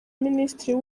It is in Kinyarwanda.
minisitiri